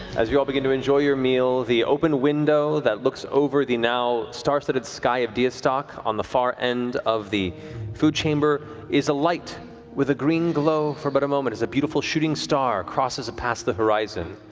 as you all begin to enjoy your meal, the open window that looks over the now star-studded sky of deastok on the far end of the food chamber is alight with a green glow for but a moment as a beautiful shooting star crosses past the horizon,